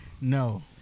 No